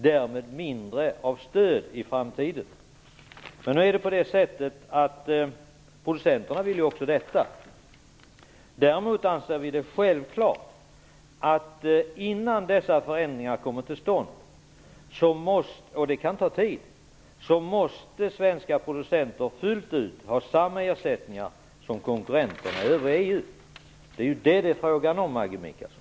Därmed vill vi ha mindre av stöd i framtiden. Det vill också producenterna. Däremot anser vi att det är självklart att innan dessa förändringar kommer till stånd - och det kan ta tid - så måste svenska producenter fullt ut ha samma ersättningar som konkurrenterna i EU i övrigt. Det är detta som det är frågan om, Maggi Mikaelsson.